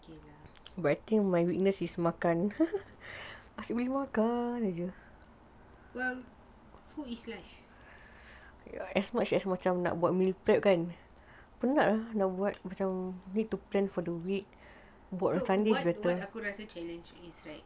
well food is life so what aku rasa challenge is right